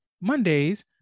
Mondays